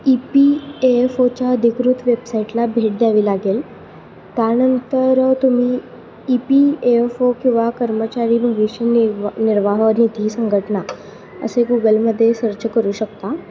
E P A F ओच्या अधिकृत वेबसाईटला भेट द्यावी लागेल त्यानंतर तुम्ही E P A F O किंवा कर्मचारी भविष्य निर्वा निर्वाह निधी संघटना असे गुगलमध्ये सर्च करू शकता